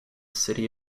city